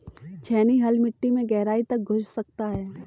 छेनी हल मिट्टी में गहराई तक घुस सकता है